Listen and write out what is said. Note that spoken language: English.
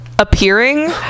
Appearing